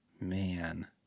Man